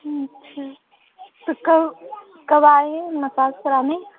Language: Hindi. जी ठीक है तो कब कब आएँ मसाज कराने